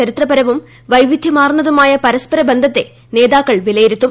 ചരിത്രപരവും വൈവിദ്ധ്യമാർന്നതുമായ പര്യസ്പ്പർബന്ധത്തെ നേതാക്കൾ വിലയിരുത്തും